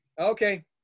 Okay